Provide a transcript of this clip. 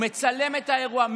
מצלם את האירוע,